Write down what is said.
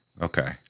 Okay